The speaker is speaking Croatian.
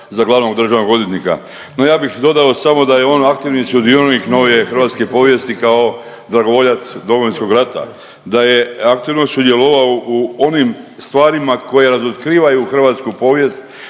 za glavnog državnog odvjetnika, no ja bih dodao samo da je on aktivni sudionik novije hrvatske povijesti kao dragovoljac Domovinskog rata. Da je aktivno sudjelovao u onim stvarima koje razotkrivaju hrvatsku povijest